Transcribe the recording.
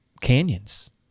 canyons